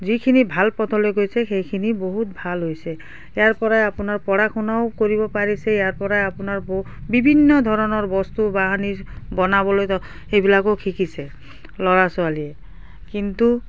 যিখিনি ভাল পথলৈ গৈছে সেইখিনি বহুত ভাল হৈছে ইয়াৰপৰাই আপোনাৰ পঢ়া শুনাও কৰিব পাৰিছে ইয়াৰপৰাই আপোনাৰ ব বিভিন্ন ধৰণৰ বস্তু বাহনি বনাবলৈ তেওঁ সেইবিলাকো শিকিছে ল'ৰা ছোৱালীয়ে কিন্তু